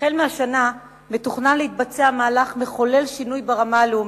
מהשנה מתוכנן להתבצע מהלך מחולל שינוי ברמה הלאומית,